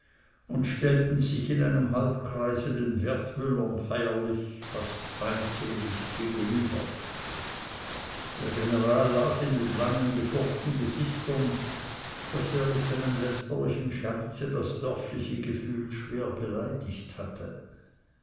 und stellten sich in einem halbkreise den wertmüllern feierlich fast feindselig gegenüber der general las in den langen gefurchten gesichtern daß er mit seinem lästerlichen scherze das dörfliche gefühl schwer beleidigt hatte